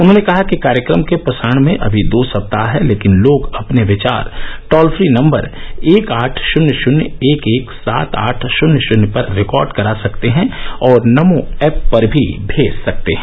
उन्होंने कहा कि कार्यक्रम के प्रसारण में अभी दो सप्ताह है लेकिन लोग अपने विचार टोल फ्री नम्बर एक आठ शून्य शून्य एक एक सात आठ शून्य शून्य पर रिकॉर्ड करा सकते हैं और नमो एप पर भी भेज सकते हैं